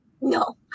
No